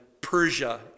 Persia